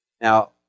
Now